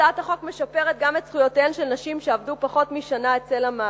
הצעת החוק משפרת גם את זכויותיהן של נשים שעבדו פחות משנה אצל המעביד.